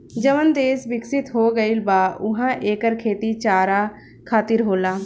जवन देस बिकसित हो गईल बा उहा एकर खेती चारा खातिर होला